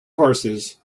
horses